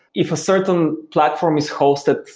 if a certain platform is hosted,